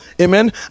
Amen